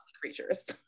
creatures